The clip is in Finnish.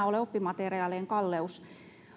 ole oppimateriaalien kalleus